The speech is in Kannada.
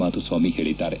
ಮಾಧುಸ್ವಾಮಿ ಹೇಳದ್ದಾರೆ